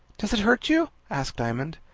does it hurt you? asked diamond.